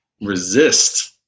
resist